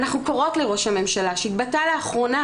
אנחנו קוראות לראש הממשלה שהתבטא לאחרונה